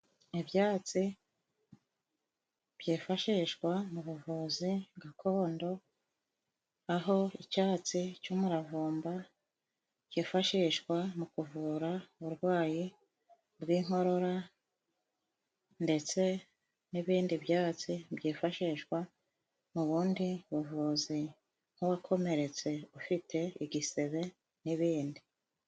Ibyatsi byifashishwa mu buvuzi gakondo aho icyatsi cy'umuravumba kifashishwa mu kuvura uburwayi bw'inkorora ndetse n'ibindi byatsi byifashishwa mu bundi buvuzi nk'uwakomeretse ufite igisebe n'ibindi.